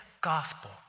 gospel